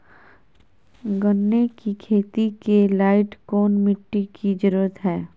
गन्ने की खेती के लाइट कौन मिट्टी की जरूरत है?